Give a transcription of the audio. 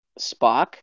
Spock